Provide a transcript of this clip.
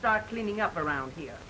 start cleaning up around here